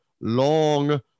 long